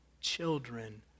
children